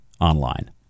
online